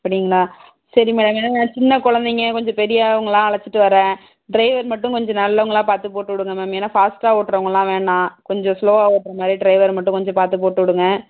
அப்படிங்களா சரி மேடம் ஏன்னால் சின்ன குழந்தைங்க கொஞ்சம் பெரியவர்களாம் அழைச்சிட்டு வரேன் ட்ரைவர் மட்டும் கொஞ்சம் நல்லவங்களா பார்த்து போட்டுவிடுங்க மேம் ஏன்னால் ஃபாஸ்ட்டாக ஓட்டுறவங்களாம் வேணாம் கொஞ்சம் ஸ்லோவாக ஓட்டுற மாதிரி ட்ரைவர் மட்டும் கொஞ்சம் பார்த்து போட்டுவிடுங்க